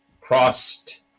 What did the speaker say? crossed